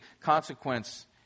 consequence